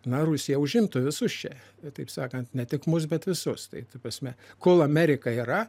na rusija užimtų visus čia taip sakant ne tik mus bet visus tai ta prasme kol amerika yra